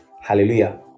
hallelujah